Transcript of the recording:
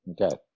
okay